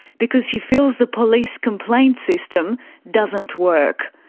because she feels the police complaints system doesn't work.